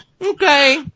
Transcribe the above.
okay